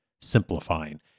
simplifying